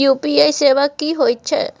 UPI सेवा की होयत छै?